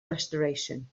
restoration